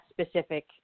specific